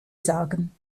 sagen